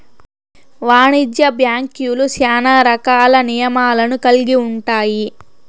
వాణిజ్య బ్యాంక్యులు శ్యానా రకాల నియమాలను కల్గి ఉంటాయి